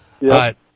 right